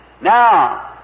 Now